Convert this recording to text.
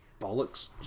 bollocks